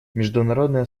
международное